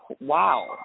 wow